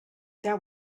that